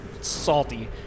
salty